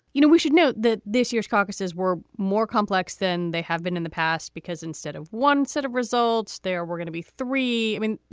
you know, we should note that this year's caucuses were more complex than they have been in the past because instead of one set of results, there were gonna be three. i mean,